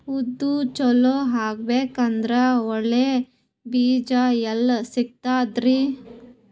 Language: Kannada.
ಉದ್ದು ಚಲೋ ಆಗಬೇಕಂದ್ರೆ ಒಳ್ಳೆ ಬೀಜ ಎಲ್ ಸಿಗತದರೀ?